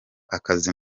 akazi